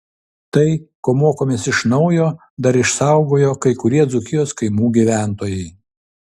tai ko mokomės iš naujo dar išsaugojo kai kurie dzūkijos kaimų gyventojai